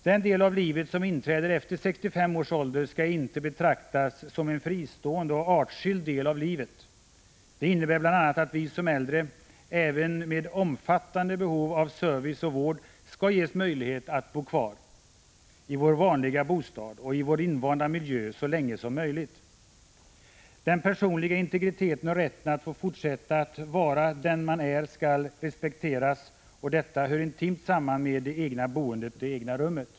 Den del av livet som inträder efter 65 års ålder skall inte betraktas som en fristående och artskild del av livet. Det innebär bl.a. att vi som äldre, även med omfattande behov av service och vård, skall ges möjlighet att bo kvar i vår vanliga bostad och i vår invanda miljö så länge som möjligt. Den personliga integriteten och rätten att få fortsätta att vara den man är skall respekteras, och detta hör intimt samman med det egna boendet — det egna rummet.